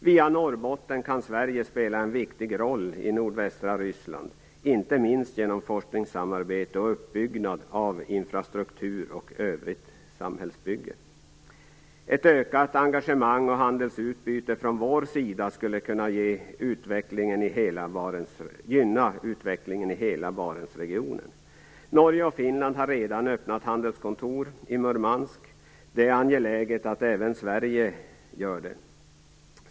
Via Norrbotten kan Sverige spela en viktig roll i nordvästra Ryssland, inte minst genom forskningssamarbete och uppbyggnad av infrastruktur och övrigt samhällsbygge. Ett ökat engagemang och handelsutbyte från vår sida skulle gynna utvecklingen i hela Barentsregionen. Norge och Finland har redan öppnat handelskontor i Murmansk. Det är angeläget att även Sverige gör det.